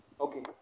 Okay